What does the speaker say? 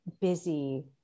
busy